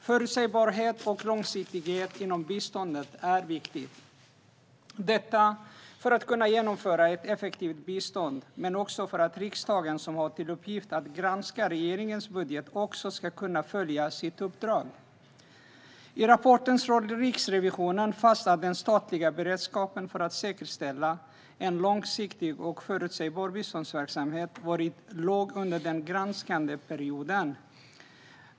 Förutsägbarhet och långsiktighet inom biståndet är viktigt för att kunna genomföra ett effektivt bistånd men också för att riksdagen, som har till uppgift att granska regeringens budget, ska kunna fullfölja sitt uppdrag. I rapporten slår Riksrevisionen fast att den statliga beredskapen för att säkerställa en långsiktig och förutsägbar biståndsverksamhet varit låg under den granskade perioden.